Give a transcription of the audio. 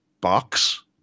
box